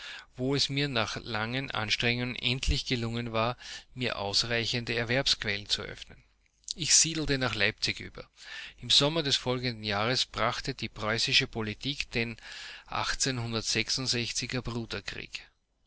wo es mir nach langen anstrengungen endlich gelungen war mir ausreichende erwerbsquellen zu öffnen ich siedelte nach leipzig über im sommer des folgenden jahres brachte die preußische politik den